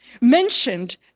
mentioned